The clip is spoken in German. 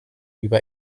über